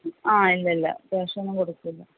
ആ ഇല്ലില്ല പേസ്റ്റ് ഒന്നും കൊടുക്കില്ല